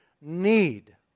need